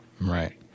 Right